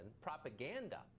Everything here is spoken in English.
propaganda